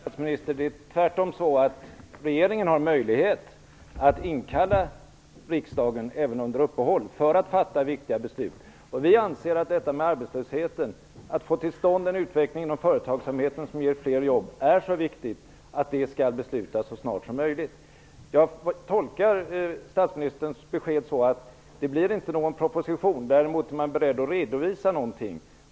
Fru talman! Nej, statsministern, det är tvärtom så att regeringen har möjlighet att inkalla riksdagen också under uppehåll för att fatta viktiga beslut. Vi anser att detta med arbetslösheten, att få till stånd en utveckling inom företagsamheten som ger fler jobb, är så viktigt att beslut skall fattas så snart som möjligt. Jag tolkar statsministerns besked så att det inte blir någon proposition. Däremot är man beredd att redovisa någonting.